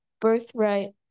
birthright